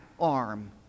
arm